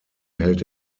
hält